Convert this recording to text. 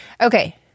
Okay